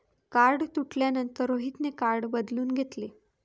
card तुटल्यानंतर रोहितने card बदलून घेतले